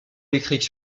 électrique